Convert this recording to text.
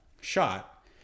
shot